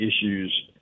issues